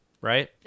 right